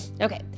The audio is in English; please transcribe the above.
Okay